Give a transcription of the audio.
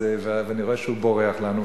ואני רואה שהוא בורח לנו.